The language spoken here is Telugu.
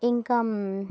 ఇంకా